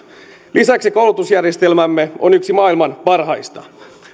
lisäksi koulutusjärjestelmämme on yksi maailman parhaista